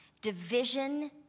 division